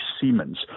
Siemens